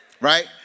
right